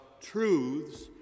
truths